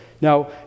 Now